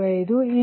55 266